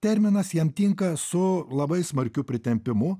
terminas jam tinka su labai smarkiu pritempimu